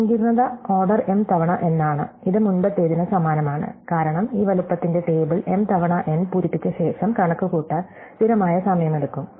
സങ്കീർണ്ണത order m തവണ n ആണ് ഇത് മുമ്പത്തേതിന് സമാനമാണ് കാരണം ഈ വലുപ്പത്തിന്റെ ടേബിൾ m തവണ n പൂരിപ്പിച്ച ശേഷം കണക്കുകൂട്ടാൻ സ്ഥിരമായ സമയമെടുക്കും